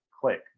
click